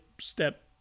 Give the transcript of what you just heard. step